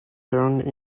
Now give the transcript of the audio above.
turned